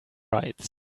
rights